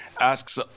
asks